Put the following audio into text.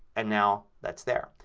and now that's there.